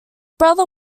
brother